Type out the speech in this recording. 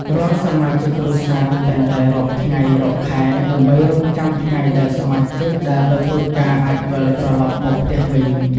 រាល់សមាជិកគ្រួសារតែងតែរាប់ថ្ងៃ រាប់ខែ ដើម្បីរង់ចាំថ្ងៃដែលសមាជិកដែលទៅធ្វើការអាចវិលត្រឡប់មកផ្ទះវិញ។